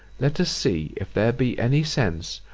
let us see if there be any sense,